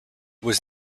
was